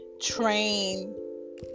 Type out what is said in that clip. train